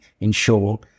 ensure